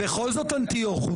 בכל זאת אנטיוכוס.